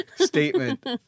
statement